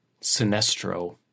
Sinestro